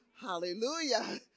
Hallelujah